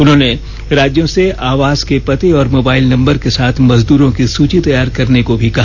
उन्होंने राज्यों से आवास के पते और मोबाइल नम्बर के साथ मजदूरों की सूची तैयार करने को भी कहा